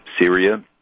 Syria